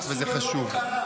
וזה חשוב.